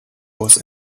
was